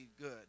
good